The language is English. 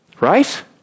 Right